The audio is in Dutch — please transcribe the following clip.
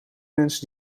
mensen